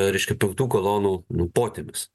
reiškia penktų kolonų nu potemis